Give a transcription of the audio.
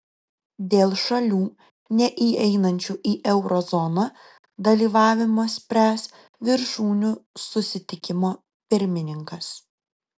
dėl šalių neįeinančių į euro zoną dalyvavimo spręs viršūnių susitikimo pirmininkas